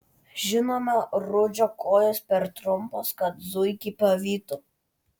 žinoma rudžio kojos per trumpos kad zuikį pavytų